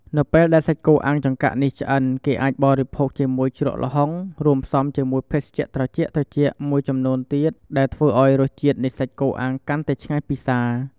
នៅពេលដែលសាច់គោអាំងចង្កាក់នេះឆ្អិន គេអាចបរិភោគវាជាមួយជ្រក់ល្ហុង រួមផ្សំជាមួយភេសជ្ជៈត្រជាក់ៗមួយចំនួនទៀតដែលធ្វើឱ្យរសជាតិនៃសាច់គោអាំងកាន់តែឆ្ងាញ់ពិសា។